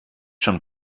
schon